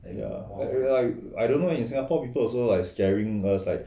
ya and we are like I don't know eh in singapore people also like scaring us like